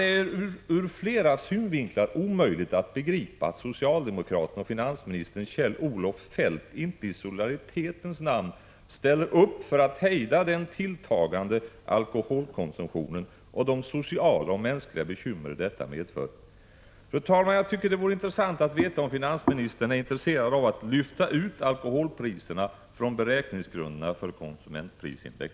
Det är ur flera synvinklar omöjligt att begripa att socialdemokraterna och finansminister Kjell-Olof Feldt inte i solidaritetens namn ställer upp för att hejda den tilltagande alkoholkonsumtionen och de sociala och mänskliga bekymmer denna medför. Fru talman! Jag tycker att det vore intressant att veta om finansministern är intresserad av att lyfta ut alkoholpriserna från beräkningsgrunderna för konsumentprisindex.